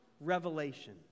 revelation